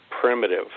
primitive